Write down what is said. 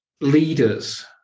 leaders